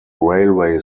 railway